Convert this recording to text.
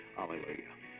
Hallelujah